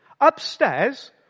Upstairs